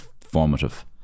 formative